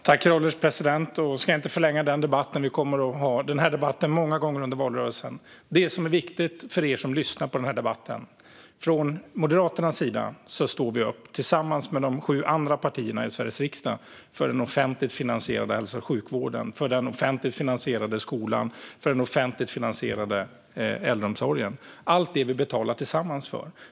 Herr ålderspresident! Jag ska inte förlänga den debatten. Vi kommer att ha den många gånger under valrörelsen. Det som är viktigt för er som lyssnar på den här debatten är att vi från Moderaternas sida, tillsammans med de sju andra partierna i Sveriges riksdag, står upp för den offentligt finansierade hälso och sjukvården, för den offentligt finansierade skolan och för den offentligt finansierade äldreomsorgen - allt det vi betalar tillsammans för.